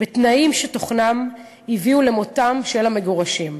בתנאים שתוכננו להביא למותם של המגורשים.